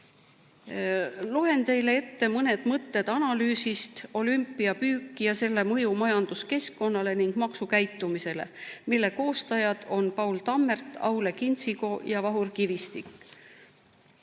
Loen teile ette mõned mõtted analüüsist "Olümpiapüük ja selle mõju majanduskeskkonnale ning maksukäitumisele", mille koostajad on Paul Tammert, Aule Kindsigo ja Vahur Kivistik.